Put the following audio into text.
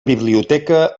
biblioteca